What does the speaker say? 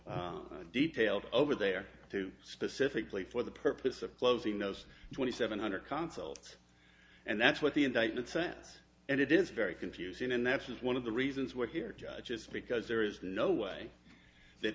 was detailed over there to specifically for the purpose of closing those twenty seven hundred consulates and that's what the indictment sense and it is very confusing and that's one of the reasons we're here just because there is no way that